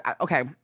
okay